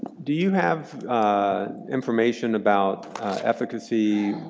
do you have information about efficacy,